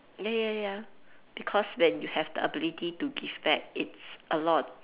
ya ya ya because when you have the ability to give back it's a lot